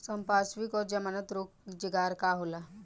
संपार्श्विक और जमानत रोजगार का होला?